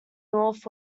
north